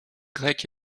grecs